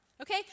Okay